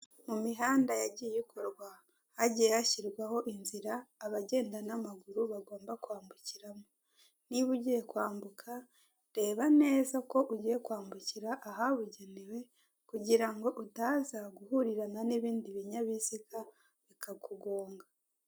Mu mihanda yagiye ikorwa, hagiye hashyirwaho inzira abagenda n'amaguru bagomba kwambukiramo. Niba ugiye kwambuka, reba neza ko ugiye kwambukira ahabugenewe, kugira ngo utaza guhurirana n'ibindi binyabiziga, bikakugonga.